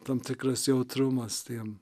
tam tikras jautrumas tai jam